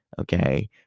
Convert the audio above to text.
Okay